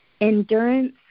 Endurance